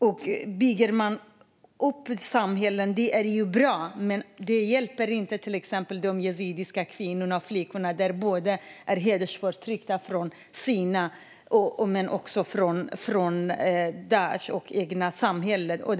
Det är bra att man bygger upp samhället, men det hjälper inte till exempel de yazidiska kvinnor och flickor som är hedersförtryckta både av det egna samhället och av Daish.